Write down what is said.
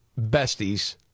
besties